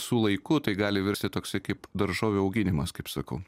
su laiku tai gali virsti toks kaip daržovių auginimas kaip sakau